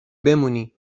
بمونی